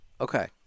Okay